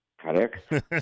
Correct